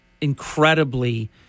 incredibly